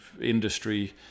industry